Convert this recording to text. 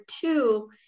two